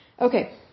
Okay